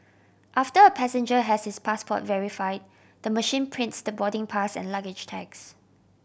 after a passenger has his passport verified the machine prints the boarding pass and luggage tags